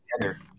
together